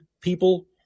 people